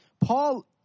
Paul